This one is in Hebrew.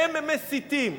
הם מסיתים.